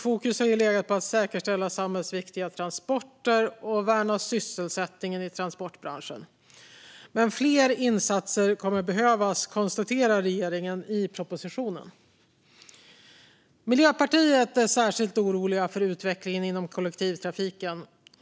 Fokus har legat på att säkerställa samhällsviktiga transporter och värna sysselsättningen i transportbranschen. Men regeringen konstaterar i propositionen att fler insatser kommer att behövas. Vi i Miljöpartiet är särskilt oroliga för utvecklingen inom kollektivtrafiken.